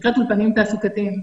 שנקראת אולפנים תעסוקתיים,